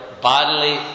bodily